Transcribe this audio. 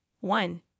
One